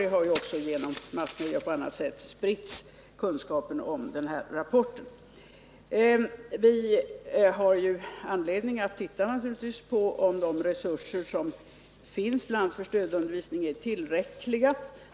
Det har ju också genom massmedia och på annat sätt spritts kunskap om denna rapport. Vi har naturligtvis anledning att undersöka om de resurser som finns för bl.a. stödundervisning är tillräckliga.